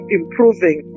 improving